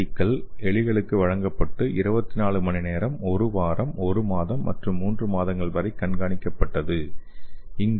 D கள் எலிகளுக்கு வழங்கப்பட்டு 24 மணி நேரம் ஒரு வாரம் ஒரு மாதம் மற்றும் 3 மாதங்கள் வரை காண்கானிக்கப்பட்து